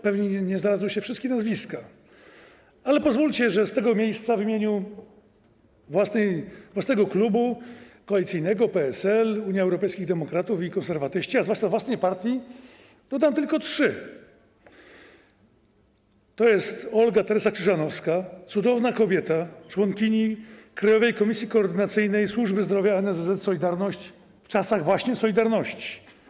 Pewnie nie znalazły się tam wszystkie nazwiska, więc pozwólcie, że z tego miejsca w imieniu własnego klubu koalicyjnego - PSL, Unii Europejskich Demokratów, Konserwatystów, a zwłaszcza własnej partii, dodam tylko trzy. Olga Teresa Krzyżanowska - cudowna kobieta, członkini Krajowej Komisji Koordynacyjnej Służby Zdrowia NSZZ „Solidarność” w czasach właśnie „Solidarności”